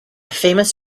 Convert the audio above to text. famous